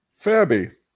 Fabby